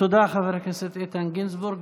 תודה, חבר הכנסת איתן גינזבורג.